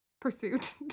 Pursuit